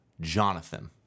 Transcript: Jonathan